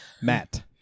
Matt